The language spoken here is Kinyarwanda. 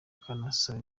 akanasaba